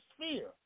sphere